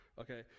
okay